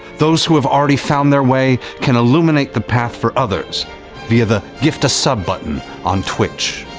those who have already found their way can illuminate the path for others via the gift a sub button on twitch.